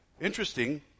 Interesting